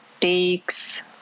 takes